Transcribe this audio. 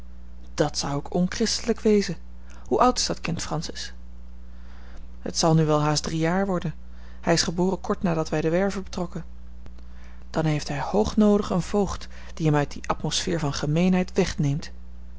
dat zou ook onchristelijk wezen hoe oud is dat kind francis het zal nu welhaast drie jaren worden hij is geboren kort nadat wij de werve betrokken dan heeft hij hoog noodig een voogd die hem uit dien atmosfeer van gemeenheid wegneemt